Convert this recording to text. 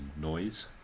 Noise